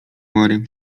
humory